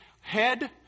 head